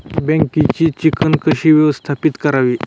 बँकेची चिकण कशी व्यवस्थापित करावी?